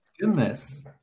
goodness